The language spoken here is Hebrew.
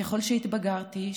ככל שהתבגרתי,